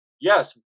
Yes